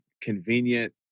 convenient